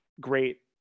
great